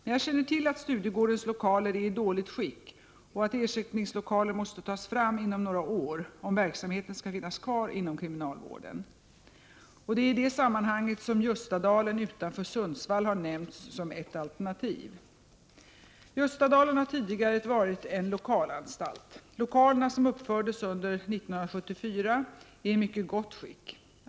Men jag känner till att Studiegårdens lokaler är i dåligt skick och att ersättningslokaler måste tas fram inom några år om verksamheten skall finnas kvar inom kriminalvården. Det är i det sammanhanget som Ljustadalen utanför Sundsvall har nämnts som ett alternativ. Ljustadalen har tidigare varit en lokalanstalt. Lokalerna, som uppfördes under år 1974, är i mycket gott skick.